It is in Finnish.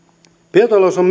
biotalous on